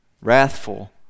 wrathful